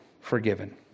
forgiven